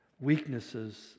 weaknesses